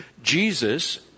jesus